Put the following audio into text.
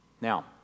Now